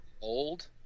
old